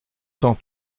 temps